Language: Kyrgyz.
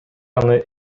аны